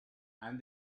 and